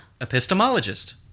Epistemologist